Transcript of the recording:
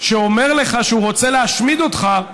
שאומר לך שהוא רוצה להשמיד אותך,